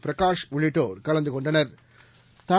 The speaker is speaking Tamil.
பிரகாஷ் உள்ளிட்டோா் கலந்து கொண்டனா்